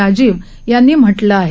राजीव यांनी म्हटलं आहे